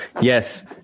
yes